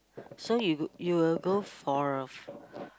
so you you will go for a f~